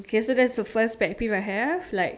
okay so that's the first pet peeve I have like